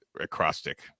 acrostic